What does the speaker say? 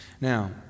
Now